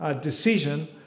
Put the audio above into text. decision